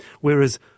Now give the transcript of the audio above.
whereas